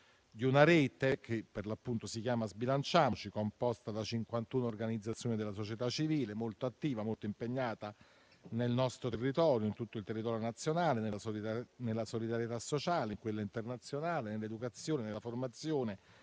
di una rete, che per l'appunto si chiama Sbilanciamoci, composta da 51 organizzazioni della società civile, molto attiva e molto impegnata in tutto il territorio nazionale nella solidarietà sociale, in quella internazionale, nell'educazione, nella formazione,